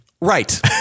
Right